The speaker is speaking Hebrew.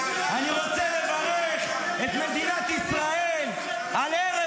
אני רוצה לברך את מדינת ישראל על ערב